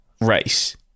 race